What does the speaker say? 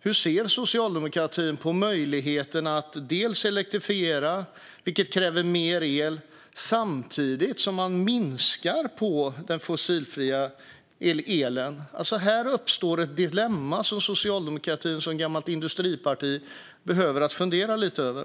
Hur ser Socialdemokraterna på möjligheten att elektrifiera, vilket kräver mer el, samtidigt som man minskar på den fossilfria elen? Här uppstår alltså ett dilemma som Socialdemokraterna, som gammalt industriparti, behöver fundera lite över.